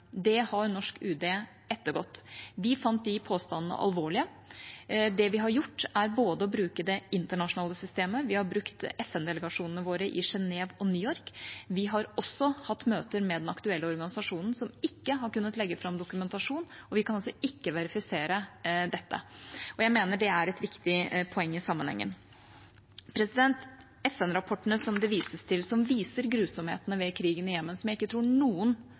Det har norsk UD ettergått. Vi fant de påstandene alvorlige. Det vi har gjort, er å bruke det internasjonale systemet, vi har brukt FN-delegasjonene våre i Genève og New York, og vi har også hatt møter med den aktuelle organisasjonen, som ikke har kunnet legge fram dokumentasjon. Vi kan altså ikke verifisere dette. Jeg mener det er et viktig poeng i sammenhengen. I FN-rapportene som det vises til, som viser grusomhetene ved krigen i Jemen, som jeg ikke tror noen